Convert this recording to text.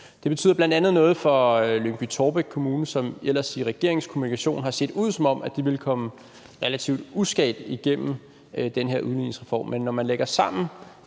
Det betyder bl.a. noget for Lyngby-Taarbæk Kommune, som ellers i regeringens kommunikation har set ud som om ville komme relativt uskadt igennem den her udligningsreform. Men når man lægger sammen,